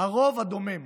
"הרוב הדומם".